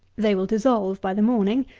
they will dissolve by the morning,